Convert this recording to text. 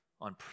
on